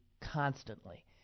constantly